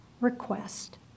request